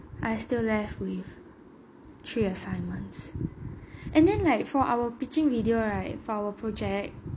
I still left with three assignments and then like for our pitching video right for our project